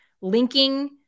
linking